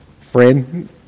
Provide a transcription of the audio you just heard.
friend